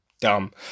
dumb